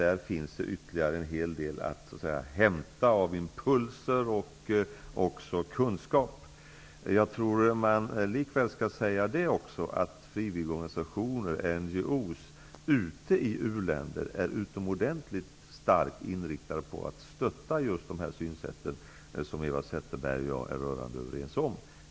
Där finns ytterligare en hel del att hämta av impulser och kunskap. Jag tror att man också skall säga att frivilligorganisationerna, NGO:s, dvs. Non Governmental Organizations, ute i u-länderna är utomordentligt starkt inriktade på att stötta det synsätt som Eva Zetterberg och jag är rörande överens om.